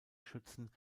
schützen